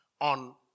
on